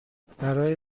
برای